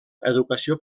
educació